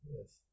Yes